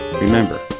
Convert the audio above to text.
Remember